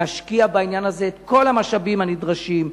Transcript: להשקיע בעניין הזה את כל המשאבים הנדרשים,